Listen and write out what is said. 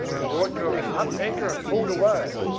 you ought to have up anchor and pulled away,